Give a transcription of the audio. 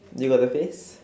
you got the face